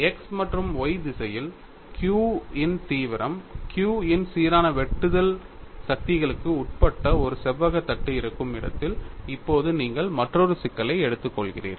X மற்றும் y திசையில் q இன் தீவிரம் q இன் சீரான வெட்டுதல் சக்திகளுக்கு உட்பட்ட ஒரு செவ்வக தட்டு இருக்கும் இடத்தில் இப்போது நீங்கள் மற்றொரு சிக்கலை எடுத்துக்கொள்கிறீர்கள்